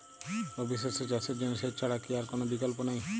রবি শস্য চাষের জন্য সেচ ছাড়া কি আর কোন বিকল্প নেই?